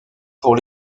pour